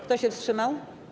Kto się wstrzymał?